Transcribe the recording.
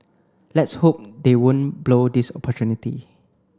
let's hope they won't blow this opportunity